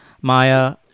Maya